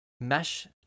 mesh